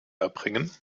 erbringen